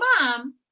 mom